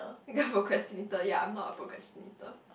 procrastinator ya I'm not a procrastinator